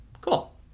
cool